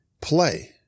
play